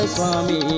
Swami